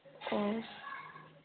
ꯑꯣ